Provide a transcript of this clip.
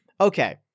Okay